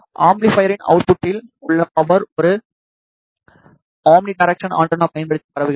அம்பிளிபைரின் அவுட்புட்டில் உள்ள பவர் ஒரு அம்னிடைரேக்சன் ஆண்டெனாவைப் பயன்படுத்தி பரவுகிறது